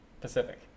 Pacific